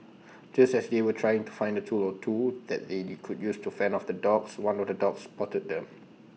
just as they were trying to find A tool or two that they could use to fend off the dogs one of the dogs spotted them